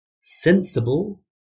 sensible